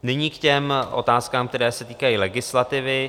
Nyní k těm otázkám, které se týkají legislativy.